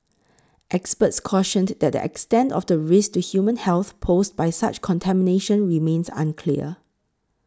experts cautioned that the extent of the risk to human health posed by such contamination remains unclear